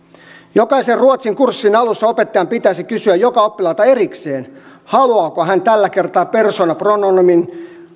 jokaisen ruotsinkurssin alussa opettajan pitäisi kysyä joka oppilaalta erikseen haluaako hän tällä kertaa persoonapronominin